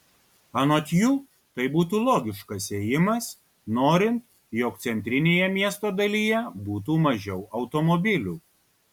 anot jų tai būtų logiškas ėjimas norint jog centrinėje miesto dalyje būtų mažiau automobilių